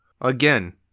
Again